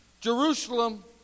Jerusalem